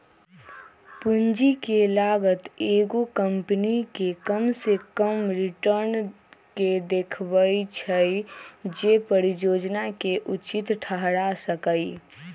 पूंजी के लागत एगो कंपनी के कम से कम रिटर्न के देखबै छै जे परिजोजना के उचित ठहरा सकइ